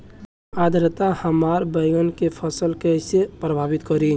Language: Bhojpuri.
कम आद्रता हमार बैगन के फसल के कइसे प्रभावित करी?